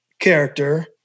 Character